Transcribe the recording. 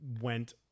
went